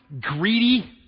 greedy